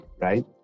right